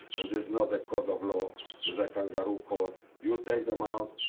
this is not a court of law. is a kangaroo court. you take them out.